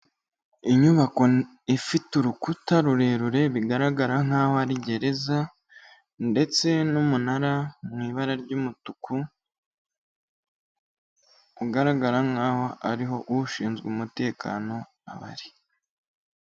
Inyubako ifite urukuta rurerure bigaragara nkaho ari gereza ndetse n'umunara mu ibara ry'umutuku, ugaragara nkaho ariho ushinzwe umutekano aba ari.